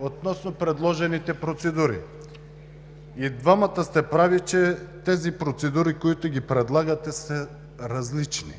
относно предложените процедури. И двамата сте прави, че тези процедури, които ги предлагате, са различни,